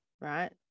right